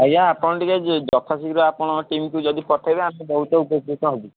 ଆଜ୍ଞା ଆପଣ ଟିକେ ଯଥାଶୀଘ୍ର ଆପଣଙ୍କ ଟିମ୍କୁ ଯଦି ପଠାଇବେ ଆମେ ବହୁତ ଉପକୃତ ହେବୁ